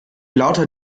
lauter